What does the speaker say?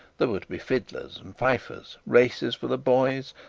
there were to be fiddlers and fifers, races for the boys,